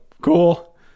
cool